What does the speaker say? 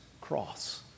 cross